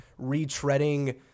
retreading